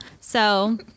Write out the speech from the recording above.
So-